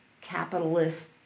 capitalist